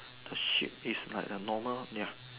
the shape is like a normal ya